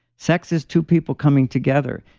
sex is two people coming together.